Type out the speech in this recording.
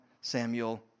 Samuel